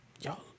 Y'all